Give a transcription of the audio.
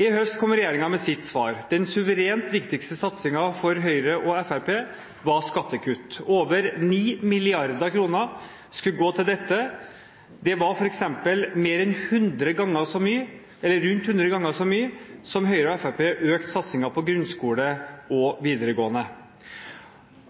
I høst kom regjeringen med sitt svar: Den suverent viktigste satsingen for Høyre og Fremskrittspartiet var skattekutt. Over 9 mrd. kr skulle gå til dette. Det var f.eks. rundt hundre ganger så mye som Høyre og Fremskrittspartiet økte satsingen på grunnskole og videregående med.